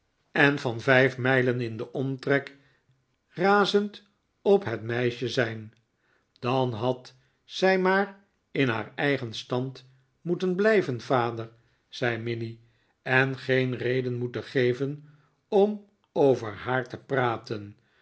en van vijf mijlen in den omtrek razend op het meisje zijn dan had zij maar in haar eigen stand moeten blijven vader zei minnie en geen reden moeten geven om over haar te praten